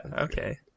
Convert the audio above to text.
okay